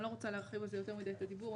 אני לא רוצה להרחיב על זה יותר מדי את הדיבור.